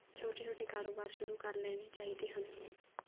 ਛੋਟੇ ਛੋਟੇ ਕਾਰੋਬਾਰ ਸ਼ੁਰੂ ਕਰ ਲੈਣੇ ਚਾਹੀਦੇ ਹਨ